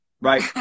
right